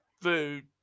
food